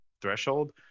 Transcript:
threshold